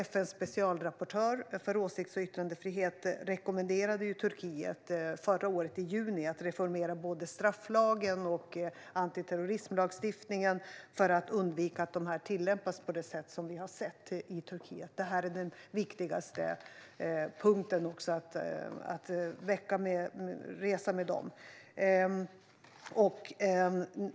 FN:s specialrapportör för åsikts och yttrandefrihet rekommenderade i juni förra året Turkiet att reformera både strafflagen och antiterrorismlagstiftningen för att undvika att de tillämpas på det sätt som vi har sett i Turkiet. Det här är den viktigaste punkten att ta upp med dem.